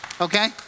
Okay